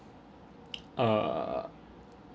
err